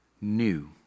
new